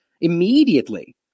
immediately